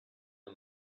the